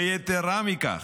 ויתרה מכך,